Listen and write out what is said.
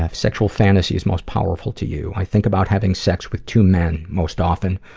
ah sexual fantasies most powerful to you. i think about having sex with two men, most often,